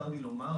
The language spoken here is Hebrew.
צר לי לומר,